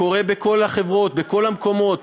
קורה בכל החברות, בכל המקומות.